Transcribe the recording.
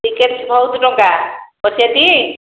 ticket ବହୁତ ଟଙ୍କା ବସିବା ଟି